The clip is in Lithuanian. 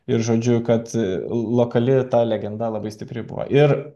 ir žodžiu kad lokali ta legenda labai stipri ir